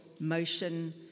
Motion